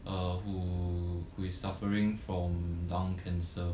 uh who who is suffering from lung cancer